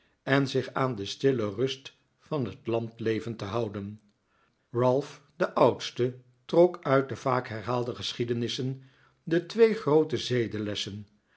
en zich aan de stille rust van het landleven te houden ralph de oudste trok uit de vaak herhaalde geschiedenissen de twee groote